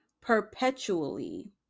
perpetually